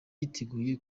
yiteguye